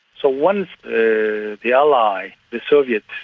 so once the the ally, the soviets,